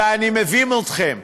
ואני מבין אתכם.